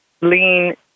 lean